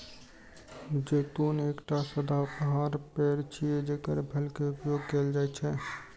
जैतून एकटा सदाबहार पेड़ छियै, जेकर फल के उपयोग कैल जाइ छै